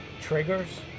triggers